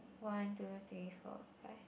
one two three four five